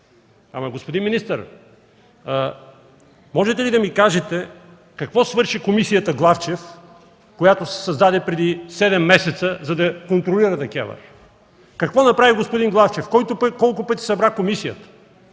Ама, господин министър, можете ли да ми кажете какво свърши Комисията Главчев, която се създаде преди седем месеца, за да контролира ДКЕВР? Какво направи господин Главчев, колко пъти събра комисията?